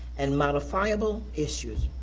and modifiable issues.